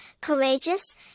courageous